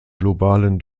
globalen